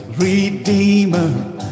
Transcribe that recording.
Redeemer